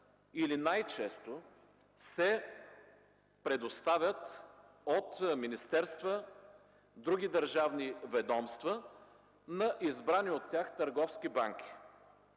или най-често, се предоставят от министерства, други държавни ведомства на избрани от тях търговски банки.